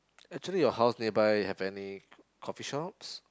actually your house nearby have any coffee shops